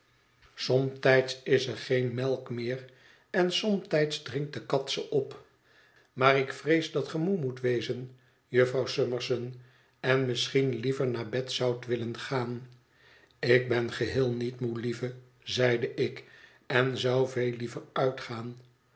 somtijds is er geen melk meer en somtijds drinkt de kat ze op maar ik vrees dat ge moe moet wezen jufvrouw summerson en misschien liever naar bed zoudt willen gaan ik ben geheel niet moe lieve zeide ik en zou veel liever uitgaan